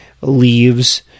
leaves